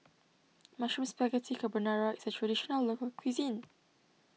Mushroom Spaghetti Carbonara is a Traditional Local Cuisine